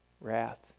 wrath